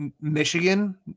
Michigan